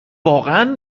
واقعا